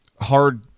hard